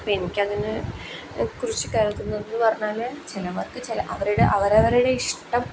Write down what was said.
അപ്പം എനിക്കതിന് കുറിച്ച് കരുതുന്നത് എന്ന് പറഞ്ഞാൽ ചിലവർക്ക് ചില അവരുടെ അവരവരുടെ ഇഷ്ടം